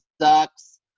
sucks